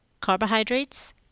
carbohydrates